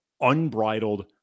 unbridled